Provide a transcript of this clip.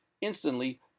instantly